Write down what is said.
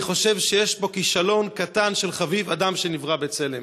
אני חושב שיש פה כישלון קטן של "חביב אדם שנברא בצלם".